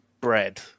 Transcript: bread